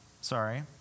Sorry